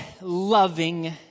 loving